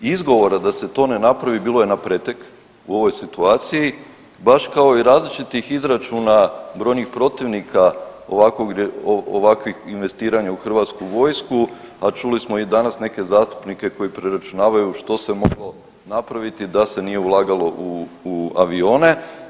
Izgovora da se to ne napravi bilo je napretek u ovoj situaciji, baš kao i različitih izračuna brojnih protivnika ovakvih investiranja u HV, a čuli smo i danas neke zastupnike koji preračunavaju što se moglo napraviti da se nije ulagalo u avione.